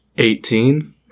Eighteen